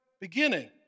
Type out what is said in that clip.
beginning